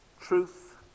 truth